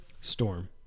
Storm